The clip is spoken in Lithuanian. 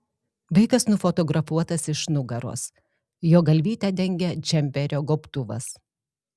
vaikas nufotografuotas iš nugaros jo galvytę dengia džemperio gobtuvas